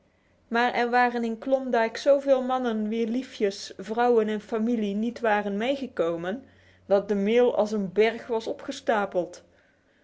maar er waren in klondike zoveel mannen wier liefjes vrouwen en familie niet waren meegekomen dat de mail als een berg was opgestapeld